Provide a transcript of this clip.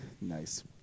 nice